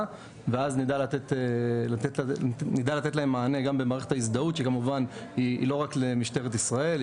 ואז נדע לתת להם מענה גם במערכת ההזדהות שכמובן היא לא רק למשטרת ישראל,